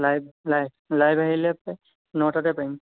live live live আহিলে নটাতে পাৰিম